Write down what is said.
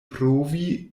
provi